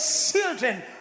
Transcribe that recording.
children